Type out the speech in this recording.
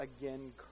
again